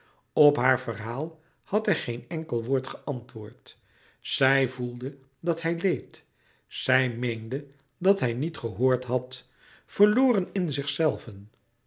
op haar verhaal had hij geen enkel woord geantwoord zij voelde dat hij leed zij meende dat hij niet gehoord had verloren in zichzelven